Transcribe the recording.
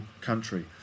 country